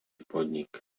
podnik